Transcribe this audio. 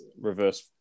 reverse